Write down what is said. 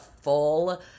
full